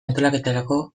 antolaketarako